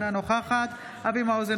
אינה נוכחת אבי מעוז,